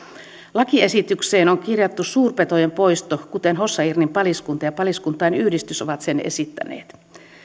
lakiesitykseen on kirjattu suurpetojen poisto kuten hossa irnin paliskunta ja paliskuntain yhdistys ovat sen esittäneet